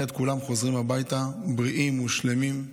את כולם חוזרים הביתה בריאים ושלמים,